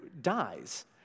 dies